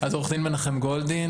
אז עו"ד מנחם גולדין,